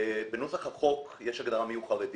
בנוסח החוק יש הגדרה מיהו חרדי